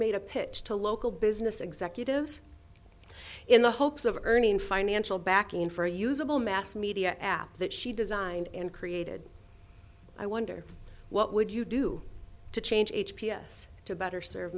made a pitch to local business executives in the hopes of earning financial backing for a usable mass media app that she designed and created i wonder what would you do to change h p s to better serve